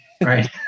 Right